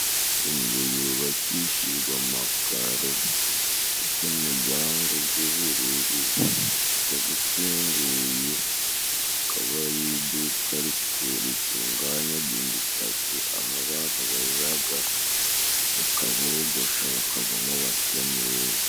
Inzu yubakishijwe amakaro ifite umujyango gw'ubururu ukaba ufunguye, akaba ari iduka ritunganyaga imisatsi, aho abantu bajaga bakabogosha bakavamo basa neza.